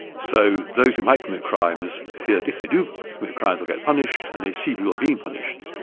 so those who might commit crimes fear that if they do commit crimes, they'll get punished, and they see people being punished.